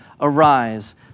arise